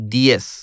diez